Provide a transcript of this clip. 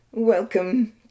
Welcome